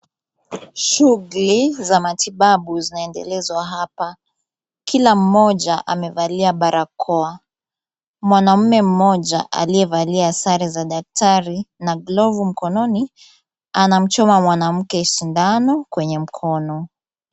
Shughuli za matibabu zinaendelezwa hapa. Kila mmoja amevalia barakoa. Mwanamume mmoja aliyevalia sare za daktari na glovu mkononi, anamchoma mwanamke sindano kwenye mkono.